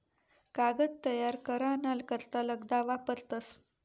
कागद तयार करा ना करता लगदा वापरतस